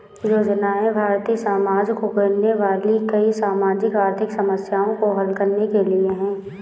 योजनाएं भारतीय समाज को घेरने वाली कई सामाजिक आर्थिक समस्याओं को हल करने के लिए है